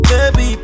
Baby